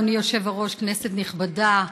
אדוני היושב-ראש, כנסת נכבדה,